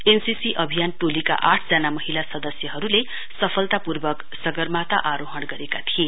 NCC अभियान टोलीका आठजना महीला सदस्यहरुको सफलतापूर्वक सगरमाथा आरोहण गरेको थिए